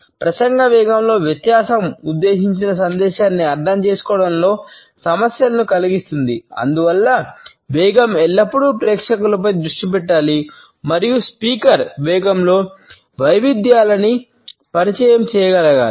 ప్రసంగ వేగంలో వ్యత్యాసం ఉద్దేశించిన సందేశాన్ని అర్థం చేసుకోవడంలో సమస్యలను కలిగిస్తుంది అందువల్ల వేగం ఎల్లప్పుడూ ప్రేక్షకులపై దృష్టి పెట్టాలి మరియు స్పీకర్ వేగంలో వైవిధ్యాలను పరిచయం చేయగలగాలి